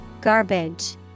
Garbage